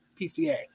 PCA